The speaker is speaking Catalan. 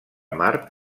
mart